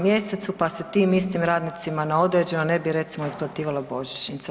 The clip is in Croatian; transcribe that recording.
Mjesecu, pa se tim istim radnicima na određeno ne bi recimo isplaćivala božićnica.